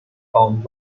found